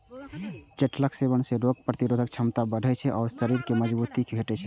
चठैलक सेवन सं रोग प्रतिरोधक क्षमता बढ़ै छै आ शरीर कें मजगूती भेटै छै